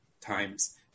times